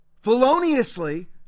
feloniously